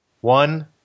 One